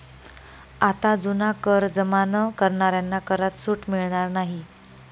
आता जुना कर जमा न करणाऱ्यांना करात सूट मिळणार नाही